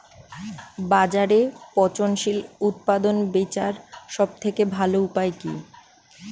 বাজারে পচনশীল উৎপাদন বেচার সবথেকে ভালো উপায় কি?